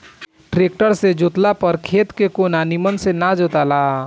tractor से जोतला पर खेत के कोना निमन ना जोताला